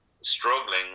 struggling